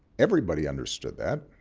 everybody understood that.